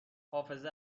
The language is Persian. حافظه